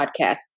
podcast